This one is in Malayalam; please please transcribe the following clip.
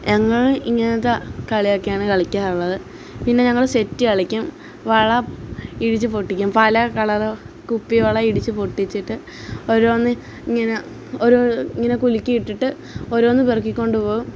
ഞങ്ങള് ഇങ്ങനത്ത കളിയൊക്കെയാണ് കളിക്കാറുള്ളത് പിന്നെ ഞങ്ങള് സെറ്റ് കളിക്കും വള ഇടിച്ച് പൊട്ടിക്കും പല കളര് കുപ്പിവള ഇടിച്ച് പൊട്ടിച്ചിട്ട് ഓരോന്ന് ഇങ്ങനെ ഒരു ഇങ്ങനെ കുലുക്കി ഇട്ടിട്ട് ഓരോന്ന് പെറുക്കിക്കൊണ്ടുപോവും